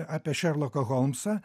apie šerloką holmsą